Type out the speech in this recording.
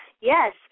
Yes